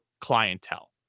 clientele